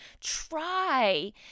try